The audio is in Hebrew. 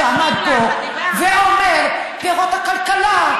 שיעמוד פה ואומר: פירות הכלכלה,